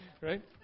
Right